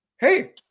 Hey